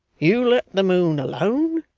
you let the moon alone,